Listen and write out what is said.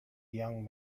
young